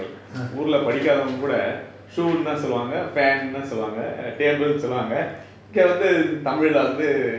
ஊர்ல படிக்காதவங்க கூட:oorla padikathavanga kooda shoe தான் சொல்லுவாங்க:than solluvanga fan ன்னு தான் சொல்லுவாங்க:nu than சொல்லுவாங்க table சொல்லுவாங்க இங்க வந்து:solluvanga inga vanthu tamil leh வந்து:vanthu